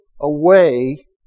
away